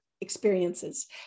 experiences